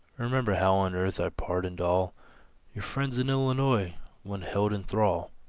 remember how on earth i pardoned all your friends in illinois when held in thrall.